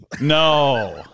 No